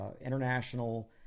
international